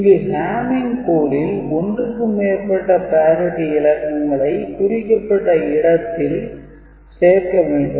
இங்கு Hamming code ல் ஒன்றுக்கு மேற்பட்ட parity இலக்கங்களை குறிக்கப்பட்ட இடத்தில் சேர்க்க வேண்டும்